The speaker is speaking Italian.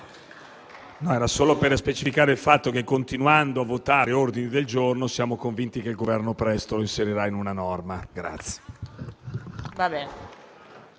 solo per specificare il fatto che continuando a votare ordini del giorno siamo convinti che il Governo presto inserirà le richieste